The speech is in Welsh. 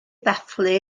ddathlu